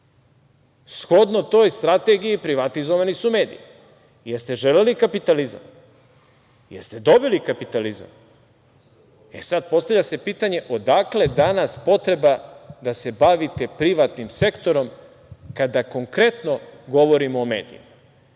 Shodno toj strategiji privatizovali su medije. Jel ste želeli kapitalizam? Jel ste dobili kapitalizam? Sad postavlja se pitanje – odakle danas potreba da se bavite privatnim sektorom, kada konkretno govorimo o medijima?